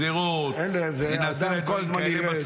גזרות, ונעשה כל מיני דברים כאלה.